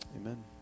Amen